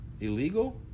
illegal